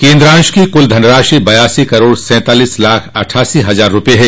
केन्द्र अंश की कुल धनराशि बयासी करोड़ सैतालीस लाख अट्ठासी हजार रूपये है